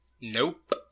Nope